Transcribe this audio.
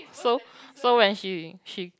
so so when she she